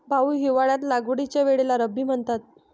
भाऊ, हिवाळ्यात लागवडीच्या वेळेला रब्बी म्हणतात